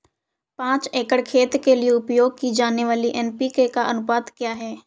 पाँच एकड़ खेत के लिए उपयोग की जाने वाली एन.पी.के का अनुपात क्या है?